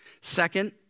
Second